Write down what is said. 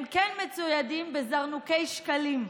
הם כן מצוידים בזרנוקי שקלים.